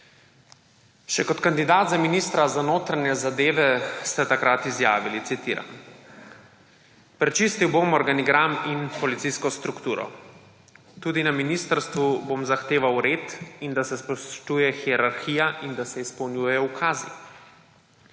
Še kot kandidat za ministra za notranje zadeve ste takrat izjavili, citiram: »Prečistil bom organigram in policijsko strukturo, tudi na ministrstvu bom zahteval red in da se spoštuje hierarhija in da se izpolnjujejo ukazi.